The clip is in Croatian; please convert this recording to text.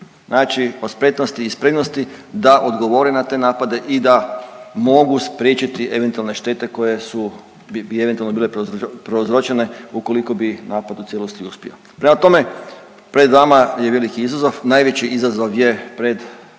znači o spretnosti i spremnosti da odgovore na te napade i da mogu spriječiti eventualne štete koje su, bi eventualno bile prouzročene ukoliko bi napad u cijelosti uspio. Prema tome, pred vama je veliki izazov, najveći izazov je pred